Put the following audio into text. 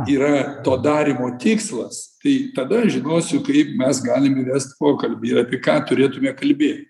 yra to darymo tikslas tai tada žinosiu kaip mes galim įvest pokalbį ir apie ką turėtume kalbėti